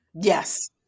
Yes